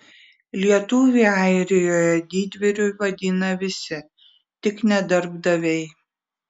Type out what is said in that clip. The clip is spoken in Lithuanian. lietuvį airijoje didvyriu vadina visi tik ne darbdaviai